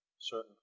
certain